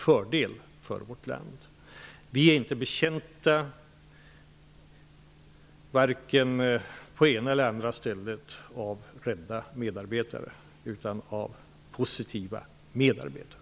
Den kommer att bli till fördel för vårt land. Varken på det ena eller andra stället är vi betjänta av rädda medarbetare. Vi behöver positiva medarbetare.